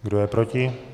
Kdo je proti?